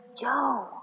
Joe